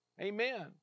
Amen